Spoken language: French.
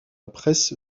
presse